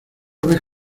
vez